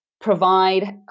provide